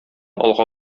алга